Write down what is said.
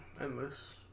Endless